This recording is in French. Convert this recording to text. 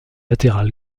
latéral